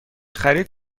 خرید